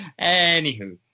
Anywho